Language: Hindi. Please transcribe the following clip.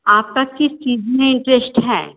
आपका किस चीज में इन्ट्रेश्ट है